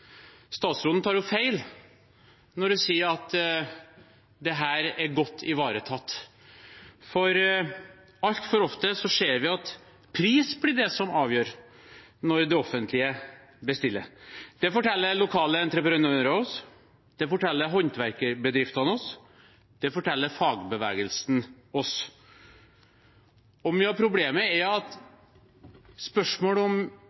Statsråden tar feil når hun sier at dette er godt ivaretatt, for altfor ofte ser vi at pris blir det som avgjør når det offentlige bestiller. Det forteller lokale entreprenører oss, det forteller håndverkerbedriftene oss, og det forteller fagbevegelsen oss. Mye av problemet er at spørsmålet om